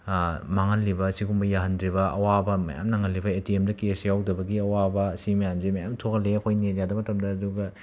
ꯃꯥꯡꯍꯜꯂꯤꯕ ꯁꯤꯒꯨꯝꯕ ꯌꯥꯍꯟꯗ꯭ꯔꯤꯕ ꯑꯋꯥꯕ ꯃꯌꯥꯝ ꯅꯪꯍꯜꯂꯤꯕ ꯑꯦ ꯇꯤ ꯑꯦꯝꯗ ꯀꯦꯁ ꯌꯥꯎꯗꯕꯒꯤ ꯑꯋꯥꯕ ꯁꯤ ꯃꯌꯥꯝꯁꯤ ꯃꯌꯥꯝ ꯊꯣꯛꯍꯜꯂꯤ ꯑꯩꯈꯣꯏ ꯅꯦꯠ ꯌꯥꯗꯕ ꯃꯇꯝꯗ ꯑꯗꯨꯒ